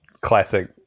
classic